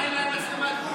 זה מצלמת גוף.